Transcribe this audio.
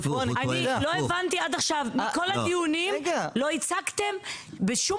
אני לא הבנתי עד עכשיו מכל הדיונים לא הצגתם בשום